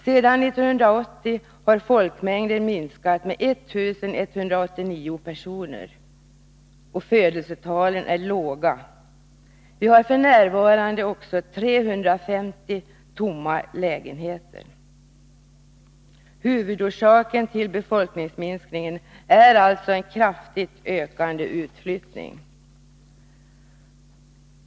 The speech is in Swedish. Sedan 1980 har folkmängden minskat med 1189 personer. Födelsetalen är låga. Vi har f. n. också 350 tomma lägenheter. Huvudorsaken till befolkningsminskningen är alltså en kraftigt ökande utflyttning.